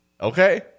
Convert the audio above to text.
Okay